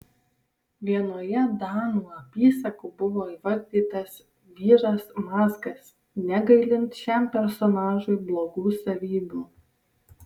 vienoje danų apysakų buvo įvardytas vyras mazgas negailint šiam personažui blogų savybių